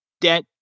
debt